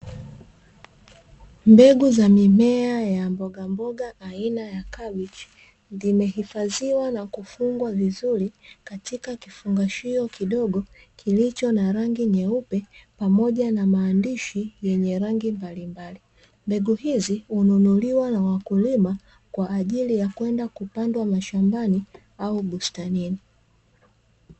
Mbegu za mimea za mboga mboga aina ya kabichi, zimehifadhiwa na kufungwa vizuri katika kifungashio kidogo kiliicho na rangi nyeupe pamoja na maandishi ya rangi mbalimbali, mbegu hizi hununuliwa na wakulima kwa ajili ya kwenda kupandwa mashambani au bustanini.